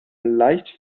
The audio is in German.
leicht